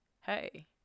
hey